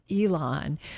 Elon